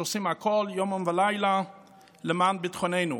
שעושים הכול יומם ולילה למען ביטחוננו.